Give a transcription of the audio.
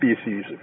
species